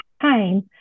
time